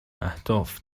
اهداف